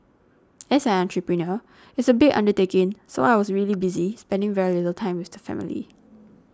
as an entrepreneur it's a big undertaking so I was really busy spending very little time with the family